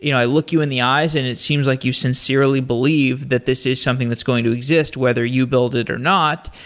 you know i look you in the eyes and it seems like you sincerely believe that this is something that's going to exist, whether you build it or not,